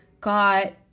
got